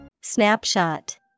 Snapshot